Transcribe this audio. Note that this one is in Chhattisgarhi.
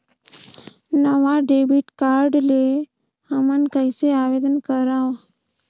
नवा डेबिट कार्ड ले हमन कइसे आवेदन करंव?